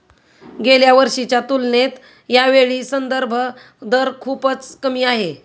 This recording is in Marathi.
गेल्या वर्षीच्या तुलनेत यावेळी संदर्भ दर खूपच कमी आहे